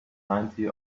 ninety